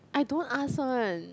I don't ask one